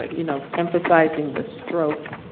you know, emphasizing the stroke,